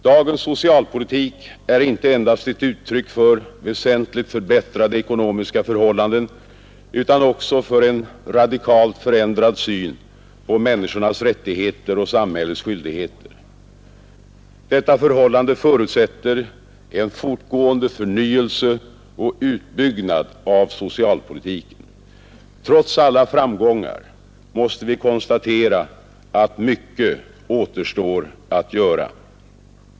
Dagens socialpolitik är ett uttryck inte endast för väsentligt förbättrade ekonmiska förhållanden utan också för en radikalt förändrad syn på människornas rättigheter och samhällets skyldigheter. Detta förhållande förutsätter en fortgående förnyelse och utbyggnad av socialpolitiken. Trots alla framgångar måste vi konstatera att mycket återstår att göra.